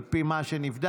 על פי מה שנבדק,